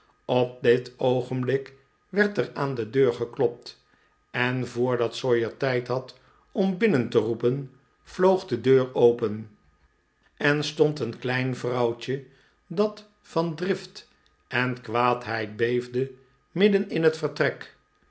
op dit oogenblik werd er aan de deur geklopt en voordat sawyer tijd had om binnen te roepen vloog de deur open r de deur vloog open en een klein vrouwtje dat van drift en kwaadheid beefde stond midden in het vertrek